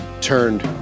turned